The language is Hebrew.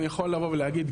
אני יכול לבוא ולהגיד,